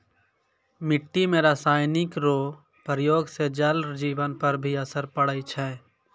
मिट्टी मे रासायनिक रो प्रयोग से जल जिवन पर भी असर पड़ै छै